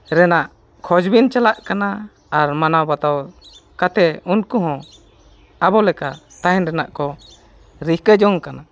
ᱨᱮᱱᱟᱜ ᱠᱷᱳᱡᱽ ᱵᱤᱱ ᱪᱟᱞᱟᱜ ᱠᱟᱱᱟ ᱟᱨ ᱢᱟᱱᱟᱣ ᱵᱟᱛᱟᱣ ᱠᱟᱛᱮ ᱩᱱᱠᱩ ᱦᱚᱸ ᱟᱵᱚ ᱞᱮᱠᱟ ᱛᱟᱦᱮᱱ ᱨᱮᱱᱟᱜ ᱠᱚ ᱨᱤᱠᱟᱹ ᱡᱚᱝ ᱠᱟᱱᱟ